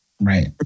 Right